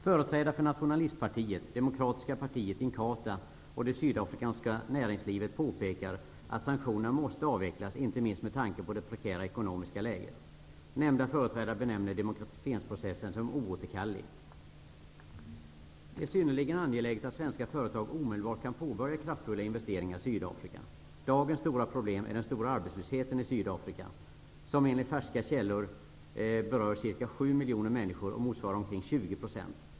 Företrädare för Nationalistpartiet, Demokratiska partiet, Inkatha och det sydafrikanska näringslivet påpekar att sanktionerna måste avvecklas, inte minst med tanke på det prekära ekonomiska läget. Nämnda företrädare beskriver demokratiseringsprocessen som oåterkallelig. Det är synnerligen angeläget att svenska företag omedelbart kan påbörja kraftfulla investeringar i Sydafrika. Dagens stora problem är den omfattande arbetslösheten i Sydafrika, som enligt färska källor berör ca 7 miljoner människor och motsvarar omkring 20 %.